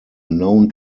known